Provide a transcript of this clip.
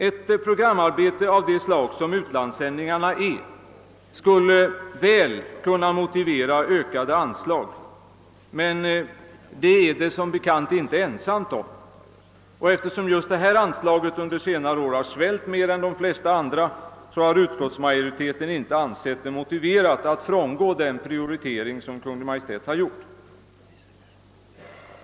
Ett programarbete av det slag som utlandssändningarna utgör skulle väl kunna motivera ökat anslag, men det är denna verksamhet som bekant inte ensam om. Eftersom detta anslag under senare år svällt mera än de flesta andra har utskottsmajoriteten inte ansett det motiverat att frångå den prioritering som Kungl. Maj:t gjort.